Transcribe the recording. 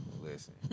Listen